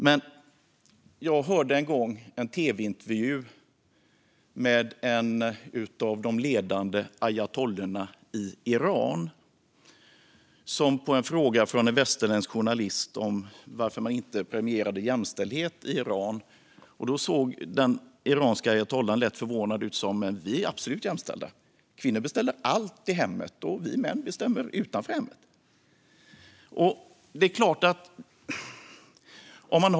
Men jag hörde en gång en tv-intervju med en av de ledande ayatollorna i Iran som efter en fråga från en västerländsk journalist om varför man inte premierade jämställdhet i Iran såg lätt förvånad ut och sa: Men vi är absolut jämställda - kvinnor bestämmer allt i hemmet, och vi män bestämmer utanför hemmet!